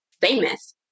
famous